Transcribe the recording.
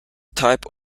type